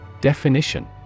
Definition